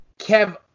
Kev